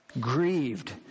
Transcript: Grieved